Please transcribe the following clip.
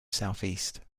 southeast